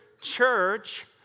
church